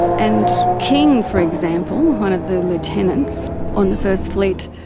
and king, for example, one of the lieutenants on the first fleet,